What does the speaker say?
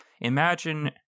Imagine